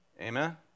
amen